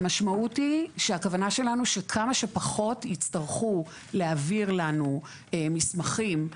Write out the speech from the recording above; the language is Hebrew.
המשמעות היא שהכוונה שלנו שכמה שפחות הצטרכו להעביר לנו מסמכים.